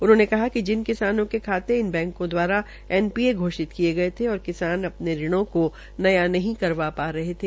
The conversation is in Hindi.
उन्होंने कहा कि जिन किसानों के खाते इन बैंको दवारा एनपीए घोषित किये गये थे और किसान अपने ऋणों को न्या नहीं करवा पर रहे थे